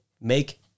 make